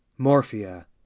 Morphia